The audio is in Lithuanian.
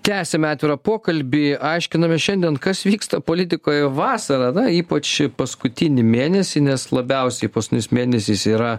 tęsiame atvirą pokalbį aiškinamės šiandien kas vyksta politikoje vasarą na ypač paskutinį mėnesį nes labiausiai paskutinis mėnesis yra